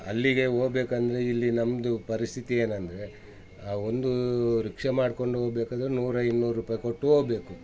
ಅಲ್ಲಿಗೆ ಹೋಗಬೇಕಂದ್ರೆ ಇಲ್ಲಿ ನಮ್ಮದು ಪರಿಸ್ಥಿತಿ ಏನಂದರೆ ಆ ಒಂದು ರಿಕ್ಷ ಮಾಡ್ಕೊಂಡು ಹೋಗ್ಬೇಕಾದ್ರೆ ನೂರು ಇನ್ನೂರು ರೂಪಾಯಿ ಕೊಟ್ಟು ಹೋಗ್ಬೇಕು